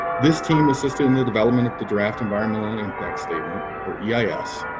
this team assisted in the development of the draft environmental impact statement, or yeah ah eis,